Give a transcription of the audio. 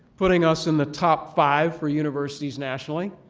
putting us in the top five for universities nationally.